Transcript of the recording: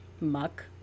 muck